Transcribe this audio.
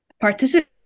participate